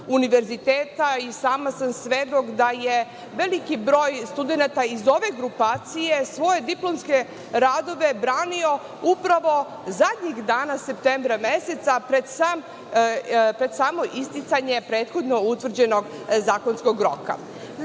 Univerziteta i sama sam svedok da je veliki broj studenata iz ove grupacije svoje diplomske radove branio upravo zadnjih dana septembra meseca, a pred samo isticanje prethodno utvrđenog zakonskog roka. Sve